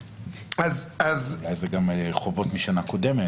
אולי זה גם חובות משנה קודמת.